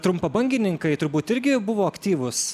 trumpabangininkai turbūt irgi buvo aktyvūs